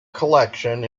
collection